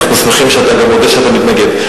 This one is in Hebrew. אנחנו שמחים שאתה גם מודה שאתה מתנגד.